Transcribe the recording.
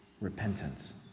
repentance